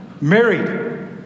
married